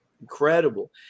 incredible